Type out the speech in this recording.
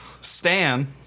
Stan